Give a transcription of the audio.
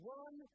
one